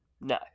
No